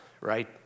right